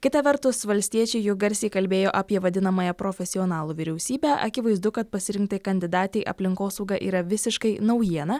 kita vertus valstiečiai ju garsiai kalbėjo apie vadinamąją profesionalų vyriausybę akivaizdu kad pasirinktai kandidatei aplinkosauga yra visiškai naujiena